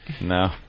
No